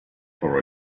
for